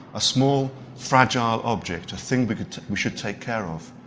a small fragile object, a thing but we should take care of.